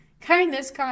Kindness